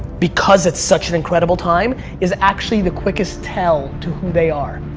because it's such an incredible time, is actually the quickest tell to who they are.